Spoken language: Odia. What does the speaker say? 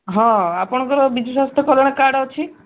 ହଁ ଆପଣଙ୍କର ବିଜୁ ସ୍ୱାସ୍ଥ୍ୟ କଲ୍ୟାଣ କାର୍ଡ଼୍ ଅଛି